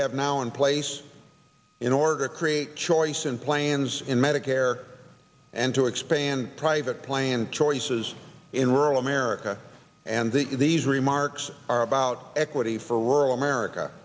have now in place in order to create choice in plans in medicare and to expand private plan choices in rural america and the these remarks are about equity for rural america